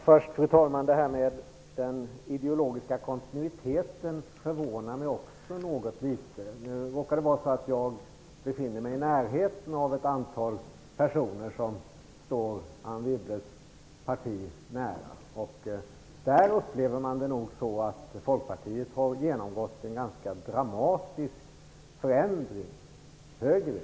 Fru talman! Också det här med den ideologiska kontinuiteten förvånar mig något. Det råkar vara så att jag ofta befinner mig i närheten av ett antal personer som står Anne Wibbles parti nära. De upplever det nog så att Folkpartiet har genomgått en ganska dramatisk förändring högerut.